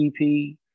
EP